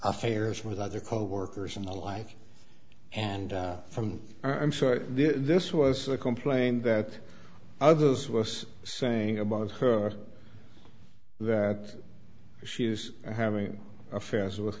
affairs with other coworkers and the like and from i'm sure this was a complaint that others was saying about her that shews having affairs with